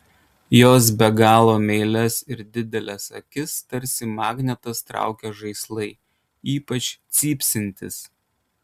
jos be galo meilias ir dideles akis tarsi magnetas traukia žaislai ypač cypsintys